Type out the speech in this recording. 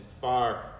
far